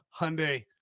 Hyundai